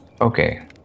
Okay